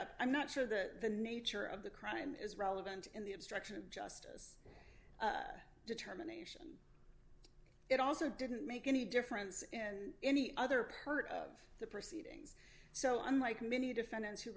up i'm not sure that the nature of the crime is relevant in the obstruction of justice determination it also didn't make any difference and any other part of the press so unlike many defendants who